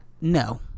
no